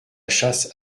chasse